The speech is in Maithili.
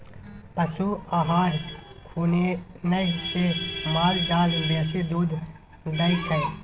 पशु आहार खुएने से माल जाल बेसी दूध दै छै